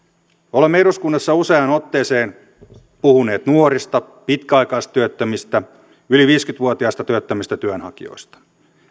olemme eduskunnassa useaan otteeseen puhuneet nuorista pitkäaikaistyöttömistä yli viisikymmentä vuotiaista työttömistä työnhakijoista